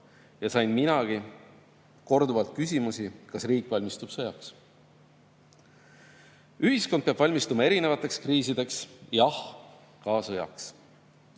ja sain minagi korduvalt küsimusi, kas riik valmistub sõjaks. Ühiskond peab valmistuma erinevateks kriisideks. Jah, ka sõjaks.